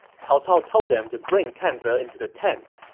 cao cao told them to bring kan ze into the tent.